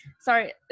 sorry